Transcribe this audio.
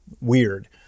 weird